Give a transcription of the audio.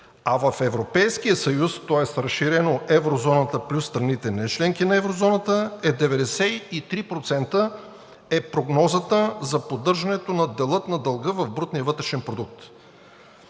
А в Европейския съюз, тоест разширено Еврозоната плюс страните нечленки на Еврозоната, 93% е прогнозата за поддържането на дела на дълга в брутния вътрешен продукт.